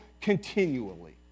continually